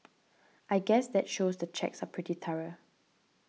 I guess that shows the checks are pretty thorough